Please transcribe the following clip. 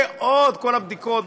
ועוד כל הבדיקות,